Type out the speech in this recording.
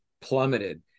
plummeted